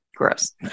gross